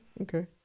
Okay